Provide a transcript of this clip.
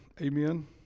Amen